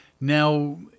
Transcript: Now